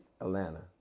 Atlanta